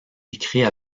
écrit